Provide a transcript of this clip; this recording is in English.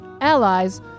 allies